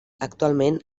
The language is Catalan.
actualment